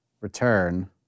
return